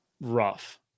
rough